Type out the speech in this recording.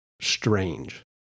strange